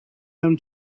them